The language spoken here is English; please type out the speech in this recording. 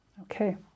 Okay